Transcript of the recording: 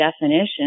definition